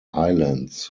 islands